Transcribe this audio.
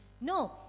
No